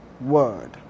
word